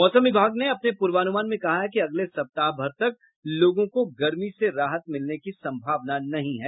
मौसम विभाग ने अपने पूर्वानुमान में कहा है कि अगले सप्ताह भर तक लोगों को गर्मी से राहत मिलने की संभावना नहीं है